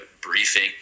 briefing